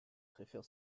préfère